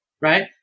right